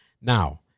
Now